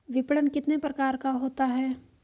विपणन कितने प्रकार का होता है?